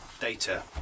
Data